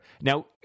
Now